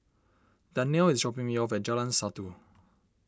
Danyelle is dropping me off at Jalan Satu